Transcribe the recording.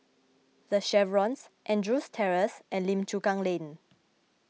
the Chevrons Andrews Terrace and Lim Chu Kang Lane